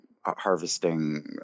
harvesting